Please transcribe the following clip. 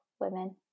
women